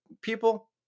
people